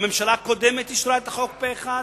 הממשלה הקודמת אישרה את החוק פה-אחד,